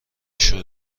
شور